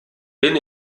bin